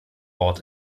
ort